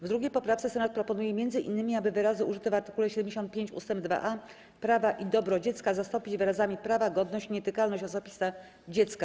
W 2. poprawce Senat proponuje m.in., aby wyrazy użyte w art. 75 ust. 2a „prawa i dobro dziecka” zastąpić wyrazami „prawa, godność i nietykalność osobistą dziecka”